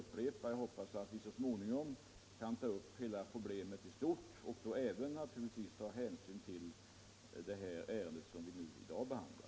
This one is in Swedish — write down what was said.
Jag hoppas — jag upprepar det — att vi så småningom skall ta upp problemet i stort och då även ta med den fråga som vi i dag behandlar.